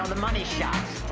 the money shots.